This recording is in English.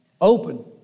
open